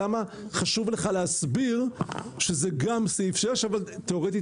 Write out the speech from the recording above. למה חשוב לך להסביר שזה גם סעיף 6 אבל תיאורטית,